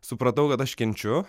supratau kad aš kenčiu